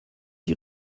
die